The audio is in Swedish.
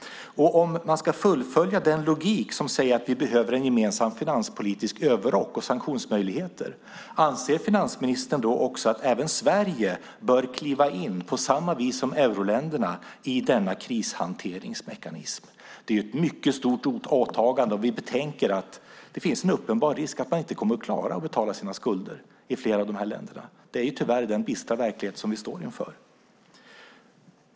Om man ska fullfölja den logik som säger att vi behöver en gemensam finanspolitisk överrock och sanktionsmöjligheter, anser finansministern att Sverige bör kliva in i denna krishanteringsmekanism på samma sätt som euroländerna? Det är ett mycket stort åtagande om vi betänker att det finns en uppenbar risk att man i flera av länderna inte kommer att klara att betala sina skulder. Det är tyvärr den bistra verklighet som vi står inför.